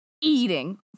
eating